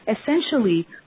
essentially